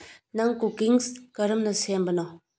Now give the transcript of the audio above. ꯅꯪ ꯀꯨꯀꯤꯡꯁ ꯀꯔꯝꯅ ꯁꯦꯝꯕꯅꯣ